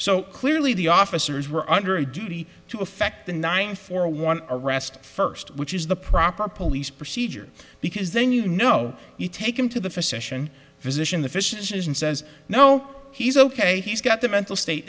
so clearly the officers were under a duty to effect the nine for one arrest first which is the proper police procedure because then you know you take him to the physician physician the fishes and says no he's ok he's got the mental state